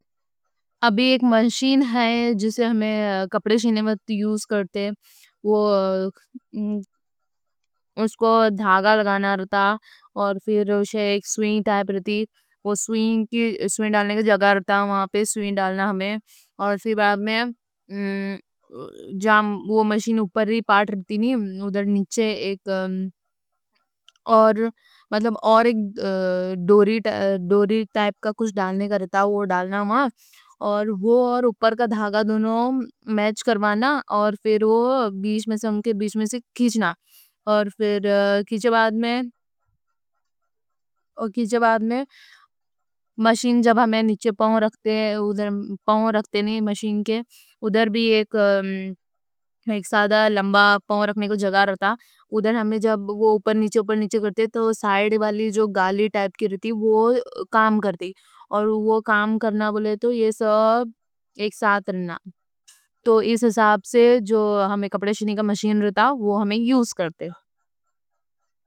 ابھی ایک ماشین ہے جسے ہم کپڑے سینے میں یوز کرتے ہیں۔ وہ اس کو دھاگا لگانا رہتا ہے اور پھر۔ ایک سوئنگ ٹائپ رہتی ہے وہ سوئنگ ڈالنے کا جگہ۔ رہتا ہے وہاں پہ سوئنگ ڈالنا ہمیں اور پھر بعد میں جب وہ۔ ماشین اوپر رہی پارٹ رہتی نہیں ادھر نیچے ایک اور مطلب۔ اور ایک ڈوری ٹائپ کا کچھ ڈالنے کا رہتا ہے وہ ڈالنا۔ ہمیں اور وہ اور اوپر کا دھاگا دونوں میچ کروانا اور پھر۔ وہ ان کے بیچ میں سے کھچنا اور پھر کھچ بعد میں اور کھچ۔ بعد میں ماشین جب ہمیں نیچے پاؤں رکھتے ہیں ادھر پاؤں رکھتے نہیں۔ ماشین کے ادھر بھی ایک سادہ لمبا پاؤں۔ رکھنے کو جگہ رہتا ہے ادھر ہمیں جب وہ اوپر نیچے اوپر نیچے۔ رکھتے ہیں تو سائیڈ والی جو گالی ٹائپ کی رہتی وہ کام کرتی۔ ہیں اور وہ کام کرنا بولے تو یہ سب ایک ساتھ رہنا تو اس۔ حساب سے جو ہمیں کپڑے سینے کا ماشین رہتا وہ ہمیں یوز کرتے ہیں۔